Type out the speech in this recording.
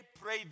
pray